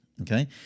okay